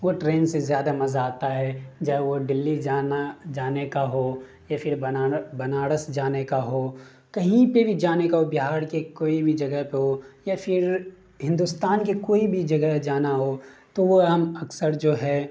وہ ٹرین سے زیادہ مزہ آتا ہے جائے وہ دلی جانا جانے کا ہو یا پھر بنا بنارس جانے کا ہو کہیں پہ بھی جانے کا ہو بہار کے کوئی بھی جگہ پہ ہو یا پھر ہندوستان کے کوئی بھی جگہ جانا ہو تو وہ ہم اکثر جو ہے